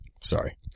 Sorry